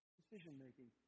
decision-making